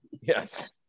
Yes